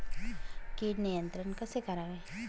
कीड नियंत्रण कसे करावे?